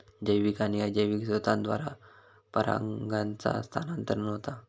जैविक आणि अजैविक स्त्रोतांद्वारा परागांचा स्थानांतरण होता